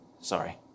Sorry